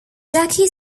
jackie